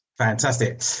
Fantastic